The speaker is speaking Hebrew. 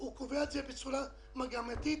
קובע את זה בצורה מגמתית,